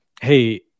Hey